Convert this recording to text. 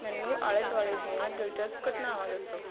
ਮੈਨੂੰ ਆਲ਼ੇ ਦੁਆਲੇ ਦੀਆਂ ਦਿਲਚਸਪ ਘਟਨਾਵਾਂ ਦੱਸੋ